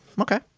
okay